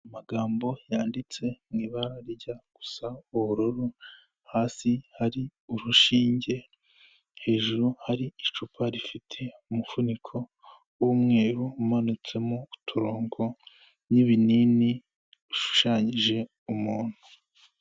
Amagambo yanditse mu ibara rirya rya gusa ubururu hasi hari urushinge hejuru hari icupa rifite umufuniko w'umweru umanutsemo uturongo n'ibinini bishushanyije umuntu.